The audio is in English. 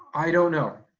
i don't know.